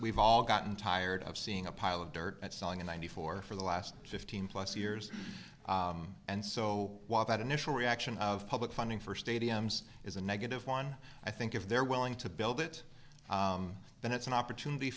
we've all gotten tired of seeing a pile of dirt and selling in ninety four for the last fifteen plus years and so while that initial reaction of public funding for stadiums is a negative one i think if they're willing to build it then it's an opportunity